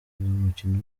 umukino